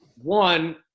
One